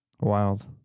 Wild